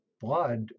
blood